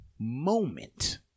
Moment